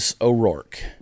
O'Rourke